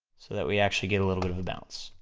so that we actually get a little bit of a bounce,